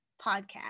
podcast